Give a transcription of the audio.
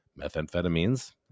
methamphetamines